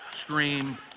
scream